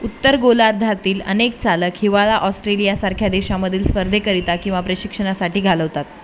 उत्तर गोलार्धातील अनेक चालक हिवाळा ऑस्ट्रेलियासारख्या देशांमधील स्पर्धेकरिता किंवा प्रशिक्षणासाठी घालवतात